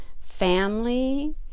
family